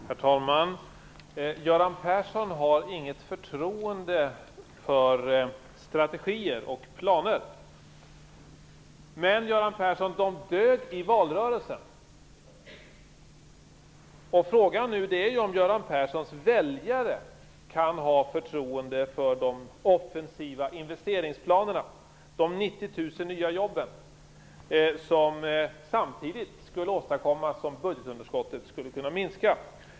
Herr talman! Göran Persson har inget förtroende för strategier och planer. Men de dög ju i valrörelsen. Frågan är nu om Göran Perssons väljare kan ha förtroende för de offensiva investeringsplanerna, de 90 000 nya jobben, som samtidigt skulle åstadkommas om budgetunderskottet kunde minska.